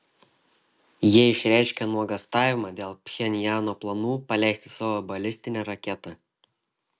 jie išreiškė nuogąstavimą dėl pchenjano planų paleisti savo balistinę raketą